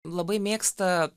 labai mėgsta